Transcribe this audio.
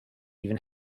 even